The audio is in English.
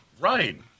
Right